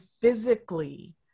physically